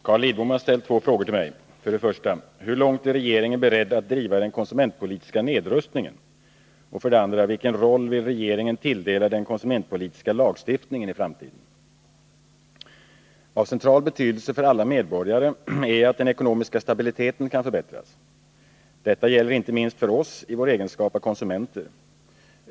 Herr talman! Carl Lidbom har ställt två frågor till mig: 1. Hur långt är regeringen beredd att driva den konsumentpolitiska nedrustningen? Av central betydelse för alla medborgare är att den ekonomiska stabiliteten kan förbättras. Detta gäller inte minst för oss i vår egenskap av konsumenter.